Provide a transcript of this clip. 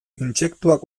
intsektuak